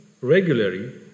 regularly